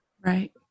Right